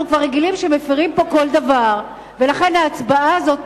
אנחנו כבר רגילים שמפירים פה כל דבר ולכן ההצבעה הזו,